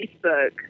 Facebook